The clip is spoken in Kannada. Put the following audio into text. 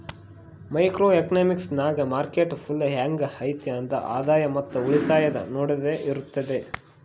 ಮೈಕ್ರೋ ಎಕನಾಮಿಕ್ಸ್ ನಾಗ್ ಮಾರ್ಕೆಟ್ ಫೇಲ್ ಹ್ಯಾಂಗ್ ಐಯ್ತ್ ಆದ್ರ ಆದಾಯ ಮತ್ ಉಳಿತಾಯ ನೊಡದ್ದದೆ ಇರ್ತುದ್